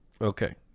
Okay